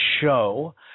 show